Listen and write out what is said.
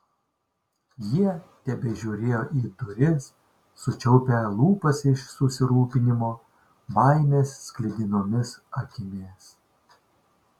jie tebežiūrėjo į duris sučiaupę lūpas iš susirūpinimo baimės sklidinomis akimis